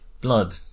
blood